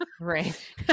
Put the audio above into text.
Right